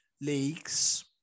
leagues